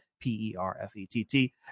P-E-R-F-E-T-T